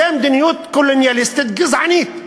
זאת מדיניות קולוניאליסטית גזענית.